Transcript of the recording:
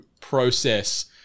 process